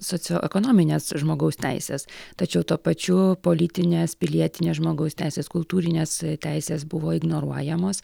socioekonomines žmogaus teises tačiau tuo pačiu politinės pilietinės žmogaus teisės kultūrinės teisės buvo ignoruojamos